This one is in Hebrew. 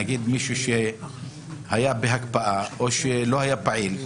נגיד מי שהיה בהקפאה או מי שלא היה פעיל,